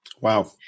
wow